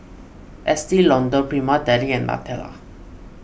Estee Lauder Prima Deli and Nutella